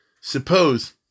Suppose